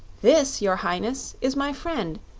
this, your highness, is my friend,